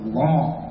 long